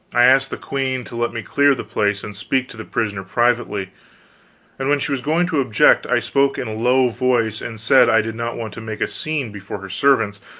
i asked the queen to let me clear the place and speak to the prisoner privately and when she was going to object i spoke in a low voice and said i did not want to make a scene before her servants,